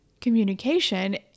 communication